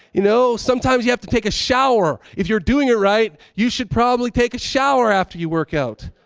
you know, sometimes you have to take a shower. if you're doing it right, you should probably take a shower after you work out.